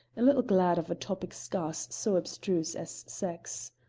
a little glad of a topic scarce so abstruse as sex.